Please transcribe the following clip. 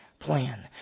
plan